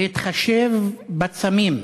להתחשב בצמים.